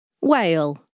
whale